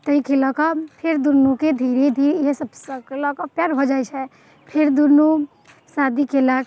ताहिके लऽ कऽ फेर दुनूके धीरे धीरे इएह सभ लऽ कऽ प्यार भऽ जाइत छै फेर दुनू शादी कयलक